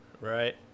Right